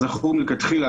וזכו מלכתחילה.